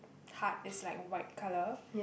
hut is like white colour